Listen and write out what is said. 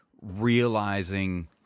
realizing